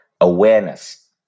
awareness